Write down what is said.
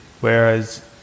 Whereas